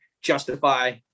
justify –